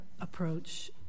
approach